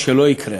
שלא יקרה,